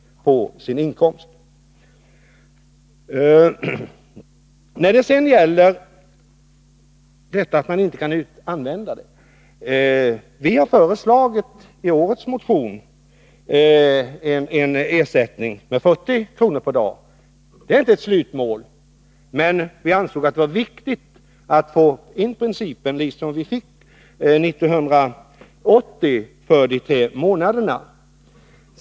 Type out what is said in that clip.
Beträffande att människor inte skulle kunna använda sig av en vårdnadsersättning: Vi har i en motion till årets riksmöte föreslagit en ersättning med 40 kr. per dag. Det är inte ett slutmål, men vi ansåg att det var viktigt att få in den här principen, liksom vi fick det år 1980 beträffande de tre månaderna.